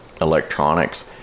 electronics